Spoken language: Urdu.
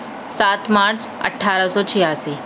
سات مارچ اٹھارہ سو چھیاسی